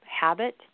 habit